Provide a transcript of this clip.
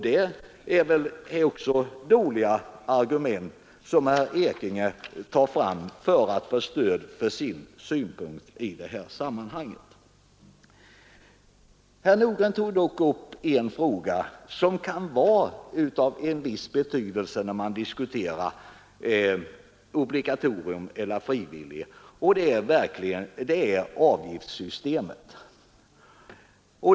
Det är alltså dåliga argument som herr Ekinge anför för att få stöd för sin synpunkt i detta sammanhang. Herr Nordgren tog dock upp en fråga som kan vara av en viss betydelse när man diskuterar obligatorium eller frivillighet, och det är avgiftssystemet.